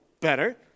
better